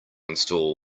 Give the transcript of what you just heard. install